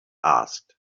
asked